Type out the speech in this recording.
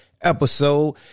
episode